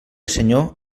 senyor